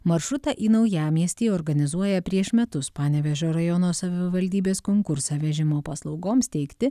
maršrutą į naujamiestį organizuoja prieš metus panevėžio rajono savivaldybės konkursą vežimo paslaugoms teikti